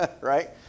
right